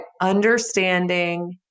understanding